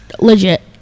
legit